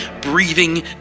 breathing